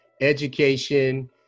education